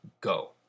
go